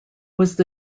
was